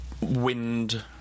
wind